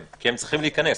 כן, כי הם צריכים להיכנס.